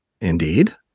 Indeed